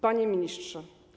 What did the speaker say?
Panie Ministrze!